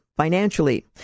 Financially